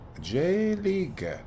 J-League